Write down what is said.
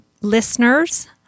listeners